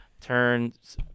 turns